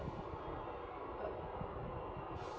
uh